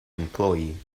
employee